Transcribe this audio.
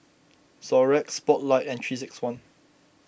Xorex Spotlight and three six one